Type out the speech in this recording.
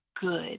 good